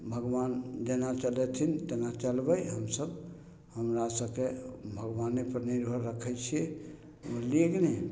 भगवान जेना चलेथिन तेना चलबय हमसब हमरा सबके भगवानेपर निर्भर रखय छी बुझलियै की नहि